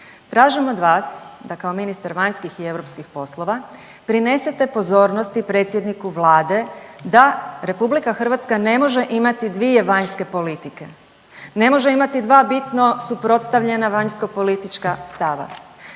tražim od vas da kao ministar vanjskih i europskih poslova prinesete pozornosti predsjedniku Vlade da RH ne može imati dvije vanjske politike. Ne može imati dva bitno suprotstavljena vanjskopolitička stava.